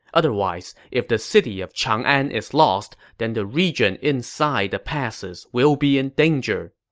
otherwise, if the city of chang'an is lost, then the region inside the passes will be in danger.